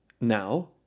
Now